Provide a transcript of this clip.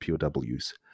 POWs